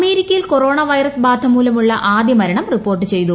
അമേരിക്കയിൽ corona virus ബാധ മൂലമുള്ള ആദ്യമരണം റിപ്പോർട്ട് ചെയ്തു